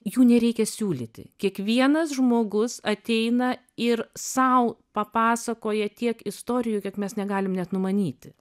jų nereikia siūlyti kiekvienas žmogus ateina ir sau papasakoja tiek istorijų kiek mes negalim net numanyti